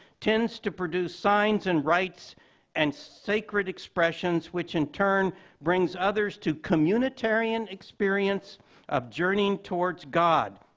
tends to produce signs and rites and sacred expressions which in turn brings others to communitarian experience of journeying towards god,